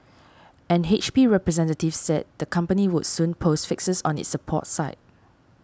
an H P representative said the company would soon post fixes on its support site